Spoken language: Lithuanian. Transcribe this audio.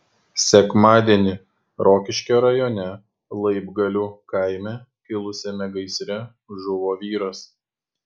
sekmadienį rokiškio rajone laibgalių kaime kilusiame gaisre žuvo vyras